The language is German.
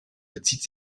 bezieht